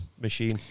machine